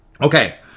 Okay